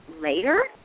later